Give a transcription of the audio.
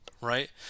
right